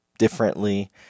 differently